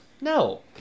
no